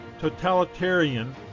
totalitarian